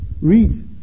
read